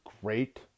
great